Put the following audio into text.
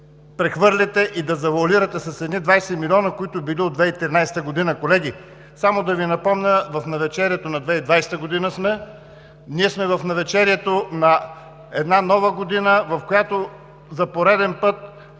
да прехвърлите и да завоалирате с едни 20 милиона, които били от 2013 г. Колеги, само да Ви напомня – в навечерието на 2020 г. сме. В навечерието на една нова година сме, в която за пореден път